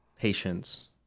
patience